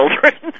children